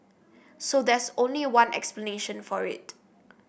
so there's only one explanation for it